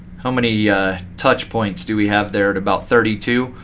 how many touch points do we have there at about thirty two?